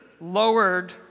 lowered